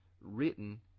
written